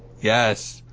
yes